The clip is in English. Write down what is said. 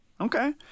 Okay